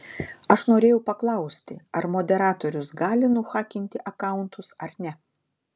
aš norėjau paklausti ar moderatorius gali nuhakinti akauntus ar ne